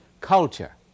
culture